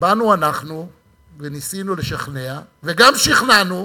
באנו אנחנו וניסינו לשכנע, וגם שכנענו,